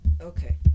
Okay